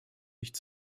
nicht